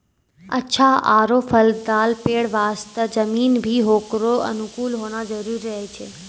अच्छा आरो फलदाल पेड़ वास्तॅ जमीन भी होकरो अनुकूल होना जरूरी रहै छै